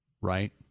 right